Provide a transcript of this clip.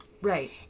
right